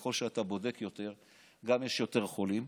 ככל שאתה בודק יותר גם יש יותר חולים,